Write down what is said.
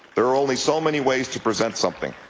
there are only so many ways to present something.